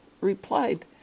replied